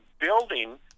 building